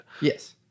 Yes